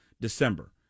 December